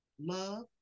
Love